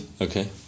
okay